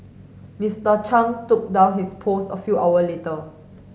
Mister Chung took down his post a few hour later